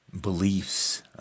beliefs